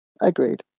Agreed